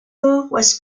was